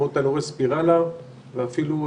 דיברת על ההיערכות.